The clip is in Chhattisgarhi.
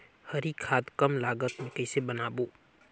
हरी खाद कम लागत मे कइसे बनाबो?